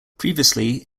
previously